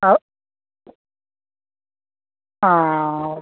അത് ആ ആ ഓക്കെ